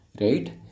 Right